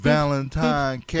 Valentine